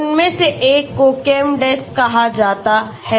उनमें से एक को ChemDes कहा जाता है